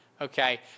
Okay